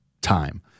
time